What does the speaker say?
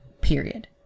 period